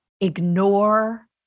ignore